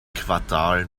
quartal